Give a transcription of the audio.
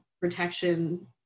protection